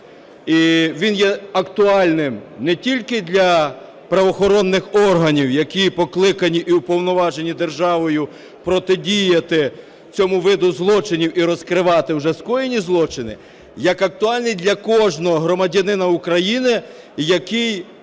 він є актуальним не тільки для правоохоронних органів, які покликані і уповноважені державою протидіяти цьому виду злочинів і розкривати вже скоєні злочини, як актуальні для кожного громадянина України, який